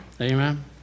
Amen